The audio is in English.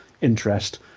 interest